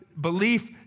belief